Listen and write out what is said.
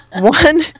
One